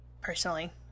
personally